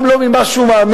גם לא ממה שהוא מאמין,